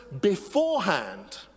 beforehand